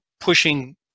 pushing